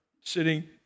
sitting